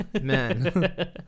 Man